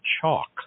chalk